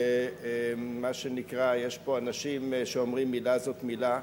ומה שנקרא, יש פה אנשים שאומרים, מלה זאת מלה,